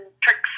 tricks